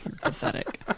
pathetic